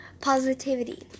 positivity